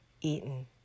eaten